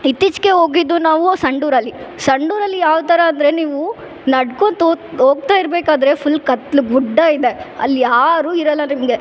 ಇತ್ತೀಚಿಗೆ ಹೋಗಿದ್ದು ನಾವು ಸಂಡೂರಲ್ಲಿ ಸಂಡೂರಲ್ಲಿ ಯಾವ ಥರ ಅಂದರೆ ನೀವು ನಡ್ಕೊತಾ ಹೋತ್ ಹೋಗ್ತಾ ಇರ್ಬೇಕಾದರೆ ಫುಲ್ ಕತ್ತಲು ಗುಡ್ಡ ಇದೆ ಅಲ್ಯಾರು ಇರಲ್ಲ ನಿಮಗೆ